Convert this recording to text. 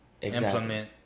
implement